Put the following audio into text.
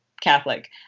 Catholic